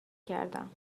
کردم